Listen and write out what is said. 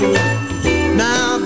Now